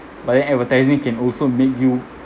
but then advertising can also make you